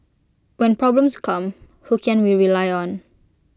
when problems come who can we rely on